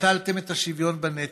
ביטלתם את השוויון בנטל,